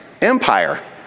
empire